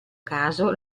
caso